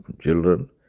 children